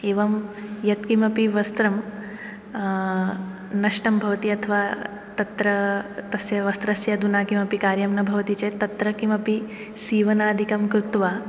एवं यत्किमपि वस्त्रं नष्टं भवति अथवा तत्र तस्य वस्त्रस्य अधुना किमपि कार्यं न भवति चेत् तत्र किमपि सीवनादिकं कृत्वा